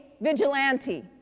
Vigilante